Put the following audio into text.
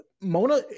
Mona